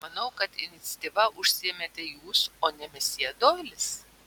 manau kad iniciatyva užsiėmėte jūs o ne mesjė doilis